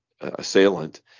assailant